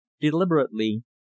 deliberately